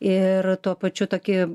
ir tuo pačiu tokie